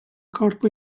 corpo